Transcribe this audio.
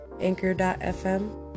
Anchor.fm